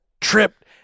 tripped